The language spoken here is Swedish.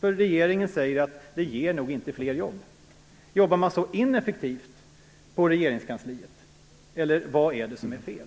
Regeringen säger att det nog inte ger fler jobb. Jobbar man så ineffektivt på regeringskansliet, eller vad är det som är fel?